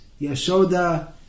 Yashoda